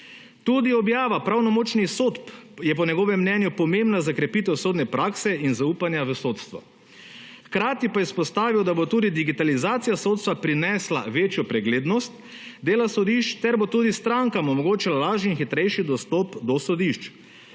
Tudi objava pravnomočnih sodb je po njegovem mnenju pomembna za krepitev sodne prakse in zaupanja v sodstvo. Hkrati pa je izpostavil, da bo tudi digitalizacija sodstva prinesla večjo preglednost dela sodišč ter bo tudi strankam omogočila lažji in hitrejši dostop do sodišč.